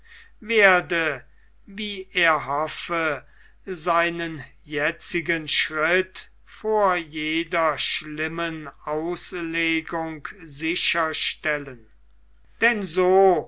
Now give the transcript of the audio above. werde wie er hoffe seinen jetzigen schritt vor jeder schlimmen auslegung sicher stellen denn so